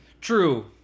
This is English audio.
True